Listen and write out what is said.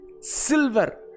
silver